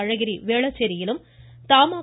அழகிரி வேளச்சேரியிலும் தமா